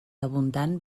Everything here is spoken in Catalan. abundant